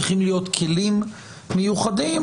צריכים להיות כלים מיוחדים,